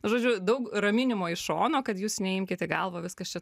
žodžiu daug raminimo iš šono kad jūs neimkit į galvą viskas čia